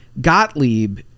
Gottlieb